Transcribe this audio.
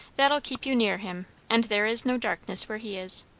that'll keep you near him and there is no darkness where he is.